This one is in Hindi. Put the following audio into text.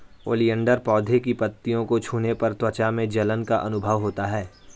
ओलियंडर पौधे की पत्तियों को छूने पर त्वचा में जलन का अनुभव होता है